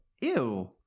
ew